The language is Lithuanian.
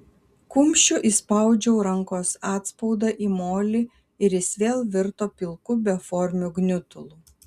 kumščiu įspaudžiau rankos atspaudą į molį ir jis vėl virto pilku beformiu gniutulu